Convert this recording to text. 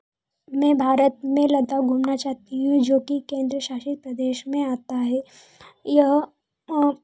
मैं भारत में लद्दाख घूमना चाहती हूँ जो कि केंद्र शासित प्रदेश में आता है यह